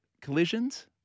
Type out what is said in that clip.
collisions